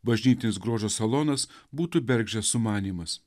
bažnytinis grožio salonas būtų bergždžias sumanymas